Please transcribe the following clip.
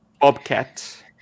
bobcat